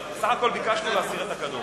בסך הכול ביקשנו להסיר את הכדור.